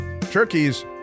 Turkeys